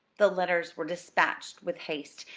the letters were dispatched with haste,